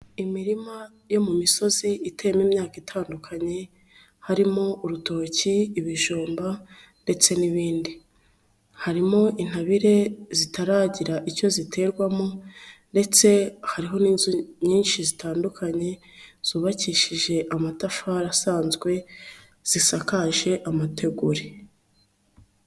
Imirima yo mu misozi iterimo imyaka itandukanye, harimo urutoki, ibijumba ndetse n'ibindi, harimo intabire zitaragira icyo ziterwamo, ndetse hariho n'inzu nyinshi zitandukanye zubakishije amatafari asanzwe, zisakaje amategure.